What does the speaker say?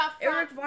Eric